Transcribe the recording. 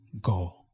go